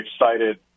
excited